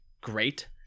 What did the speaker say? great